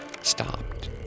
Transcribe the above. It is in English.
stopped